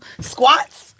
squats